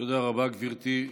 תודה רבה, גברתי.